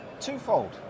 Twofold